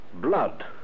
blood